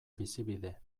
bizibide